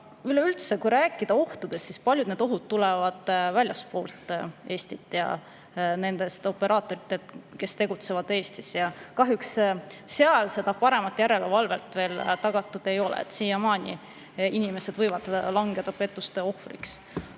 Üleüldse, kui rääkida ohtudest, siis paljud ohud tulevad väljastpoolt Eestit ja nendelt operaatoritelt, kes tegutsevad Eestis. Kahjuks seal paremat järelevalvelt tagatud veel ei ole. Siiamaani inimesed võivad langeda pettuste ohvriks.